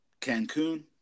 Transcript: Cancun